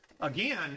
again